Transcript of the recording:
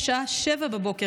בשעה 07:00,